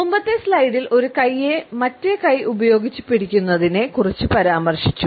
മുമ്പത്തെ സ്ലൈഡിൽ ഒരു കൈയെ മറ്റേ കൈ ഉപയോഗിച്ച് പിടിക്കുന്നതിനെ കുറിച്ച് പരാമർശിച്ചു